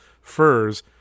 furs